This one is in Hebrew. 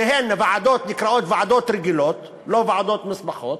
שהן נקראות ועדות רגילות, לא ועדות מוסמכות,